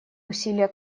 усилия